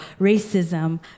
Racism